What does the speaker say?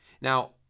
Now